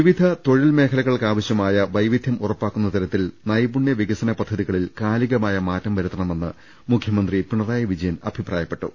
വിവിധ തൊഴിൽ മേഖലകൾക്ക് ആവശ്യമായ വൈവിധ്യം ഉറപ്പാക്കുന്ന തരത്തിൽ നൈപുണ്യ വികസന പദ്ധതികളിൽ കാലികമായ മാറ്റം വരുത്തണമെന്ന് മുഖ്യമന്ത്രി പിണറായി വിജയൻ അഭിപ്രായപ്പെട്ടു